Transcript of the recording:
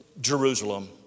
Jerusalem